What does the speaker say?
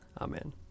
Amen